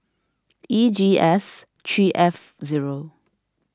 E G S three F zero